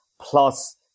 plus